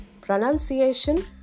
pronunciation